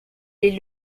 est